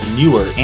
newer